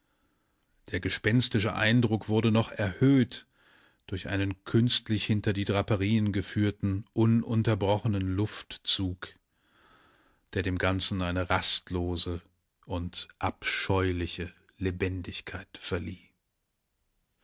der gespenstische eindruck wurde noch erhöht durch einen künstlich hinter die draperien geführten ununterbrochenen luftzug der dem ganzen eine rastlose und abscheuliche lebendigkeit verlieh